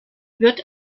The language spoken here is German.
wird